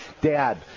Dad